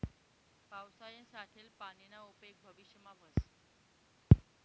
पावसायानं साठेल पानीना उपेग भविष्यमा व्हस